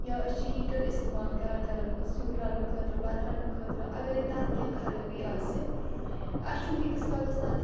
یا أسۍ چھِ ہیٖٹَر اِستعمال کَران گَرَن مَنٛز سیُن رَننہٕ خٲطرٕ بَتہٕ رَننہٕ خٲطرٕ اَگَرے تَتھ کیٚنٛہہ خرٲبی آسہِ اَسہِ چھُنہٕ تیٖتِس کالَس تَتھ